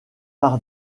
par